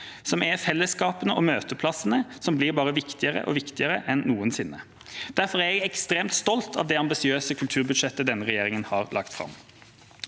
som gir fellesskap og møteplasser som bare blir viktigere og viktigere. Derfor er jeg ekstremt stolt av det ambisiøse kulturbudsjettet denne regjeringa har lagt fram.